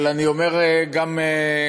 אבל אני אומר גם לנו: